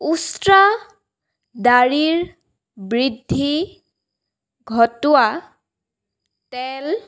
উষ্ট্ৰা দাঢ়িৰ বৃদ্ধি ঘটোৱা তেল